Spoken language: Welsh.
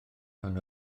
pan